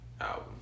album